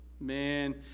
Man